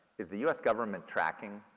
is the us government tracking